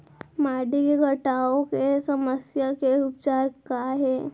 माटी के कटाव के समस्या के उपचार काय हे?